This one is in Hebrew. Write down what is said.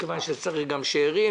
מכיוון שצריך גם שארים,